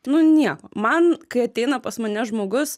nu nieko man kai ateina pas mane žmogus